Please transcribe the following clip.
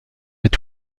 est